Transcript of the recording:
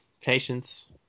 patience